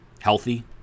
healthy